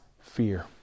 fear